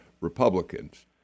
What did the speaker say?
Republicans